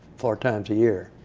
four times a year.